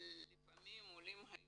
לפעמים עולים היו